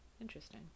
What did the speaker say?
Interesting